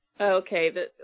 Okay